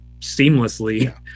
seamlessly